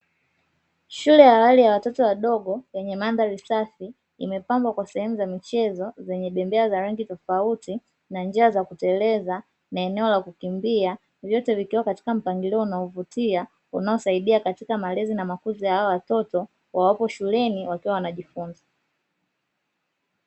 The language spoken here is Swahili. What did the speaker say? Shule ya watoto wadogo yenye mandhari safi imepambwa kwenye sehemu za michezo, zenye bembea za rangi tofauti na njia za kuteleza na eneo la kukimbia vyote vikiwa katika mpangilio unaovutia unaosadia katika malezi na makuzi ya watoto wakiwa wanajifunza.